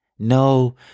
No